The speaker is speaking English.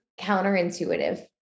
counterintuitive